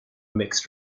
mixed